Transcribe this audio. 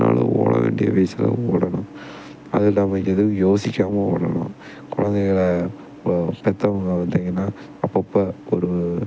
அதனாலே ஓட வேண்டிய வயசில் ஓடணும் அதில் அவங்க எதுவும் யோசிக்காமல் ஓடணும் குழந்தைங்கள பெ பெற்றவங்க பார்த்திங்கன்னா அப்பப்போ ஒரு